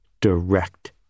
direct